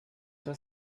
das